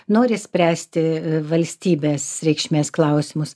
nori spręsti valstybės reikšmės klausimus